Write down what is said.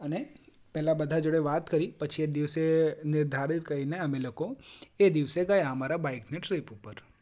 અને પેલા બધા જોડે વાત કરી પછી એ દિવસે નિર્ધારિત કરીને અમે લોકો એ દિવસે ગયા અમારા બાઈકની ટ્રીપ ઉપર